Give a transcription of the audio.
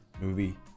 movie